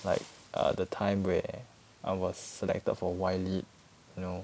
like err the time where I was selected for Y lead you know